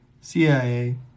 CIA